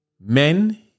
men